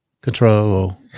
Control